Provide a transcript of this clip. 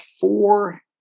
four